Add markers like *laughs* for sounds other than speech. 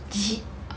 *laughs*